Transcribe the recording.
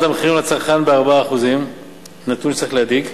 המחירים לצרכן ב-4% נתון שצריך להדאיג,